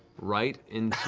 right into